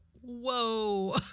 whoa